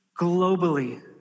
globally